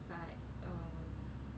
but uh